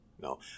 no